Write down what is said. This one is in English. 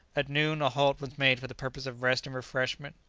at noon a halt was made for the purpose of rest and refreshment.